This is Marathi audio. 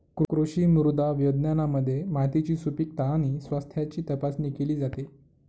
कृषी मृदा विज्ञानामध्ये मातीची सुपीकता आणि स्वास्थ्याची तपासणी केली जाते